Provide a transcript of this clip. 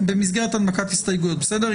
לפני כן.